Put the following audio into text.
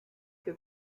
que